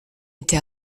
été